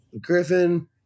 Griffin